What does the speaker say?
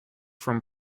from